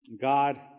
God